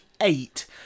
eight